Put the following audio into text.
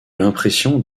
l’impression